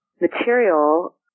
material